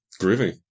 Groovy